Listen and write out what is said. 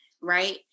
right